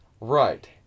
Right